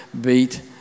beat